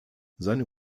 seine